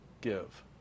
give